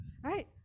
right